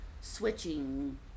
switching